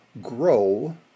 grow